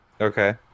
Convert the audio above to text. okay